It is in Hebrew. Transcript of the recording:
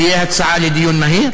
תהיה הצעה לדיון מהיר